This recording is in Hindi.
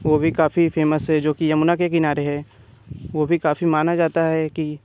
वो भी काफ़ी फेमस है जो कि यमुना के किनारे है वो भी काफ़ी माना जाता है कि